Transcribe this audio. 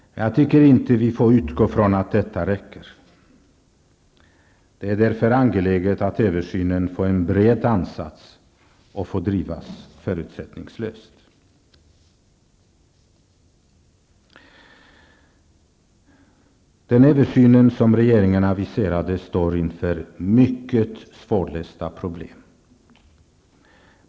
Men jag tycker inte att vi får utgå från att detta räcker. Det är därför angeläget att översynen får en bred ansats och får drivas förutsättningslöst. De som skall göra den översyn som regeringen aviserade står inför mycket svårlösta problem.